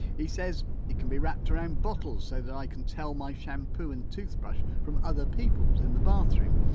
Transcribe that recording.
he says it can be wrapped around bottles so that i can tell my shampoo and toothbrush from other people's in the bathroom.